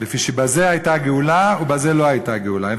לפי שבזה הייתה גאולה ובזה לא הייתה גאולה".